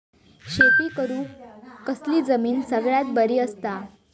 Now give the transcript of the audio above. शेती करुक कसली जमीन सगळ्यात जास्त बरी असता?